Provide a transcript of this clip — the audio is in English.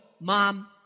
mom